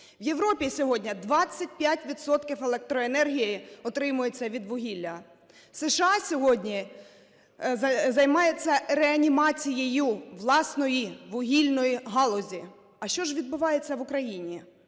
У Європі сьогодні 25 відсотків електроенергії отримується від вугілля. США сьогодні займається реанімацією власної вугільної галузі. А що ж відбувається в Україні?